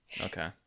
okay